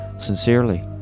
Sincerely